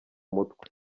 mutwe